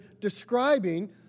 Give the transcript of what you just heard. describing